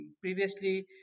previously